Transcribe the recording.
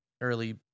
early